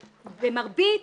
שבמרבית,